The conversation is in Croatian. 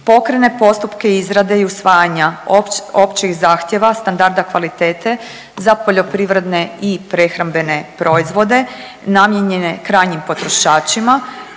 pokrene postupke izrade i usvajanja općih zahtjeva, standarda kvalitete za poljoprivredne i prehrambene proizvode namijenjene krajnjim potrošačima